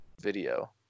video